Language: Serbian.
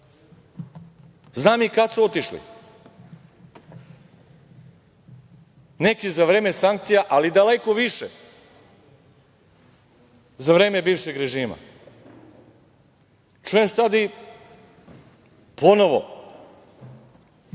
Znam i kada su otišli. Neki za vreme sankcija, ali daleko više za vreme bivšeg režima. Čujem sada i ponovo,